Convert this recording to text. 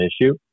issue